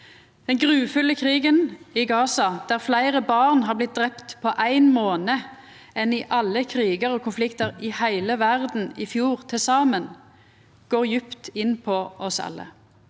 Den grufulle krigen i Gaza, der fleire barn har blitt drepne på ein månad enn i alle krigar og konfliktar i heile verda i fjor til saman, går djupt inn på oss alle.